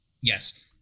Yes